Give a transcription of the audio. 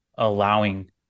Allowing